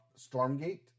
Stormgate